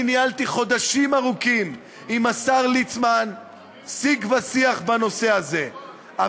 אני ניהלתי עם השר ליצמן שיג ושיח בנושא הזה חודשים ארוכים.